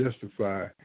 justify